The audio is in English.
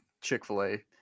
Chick-fil-A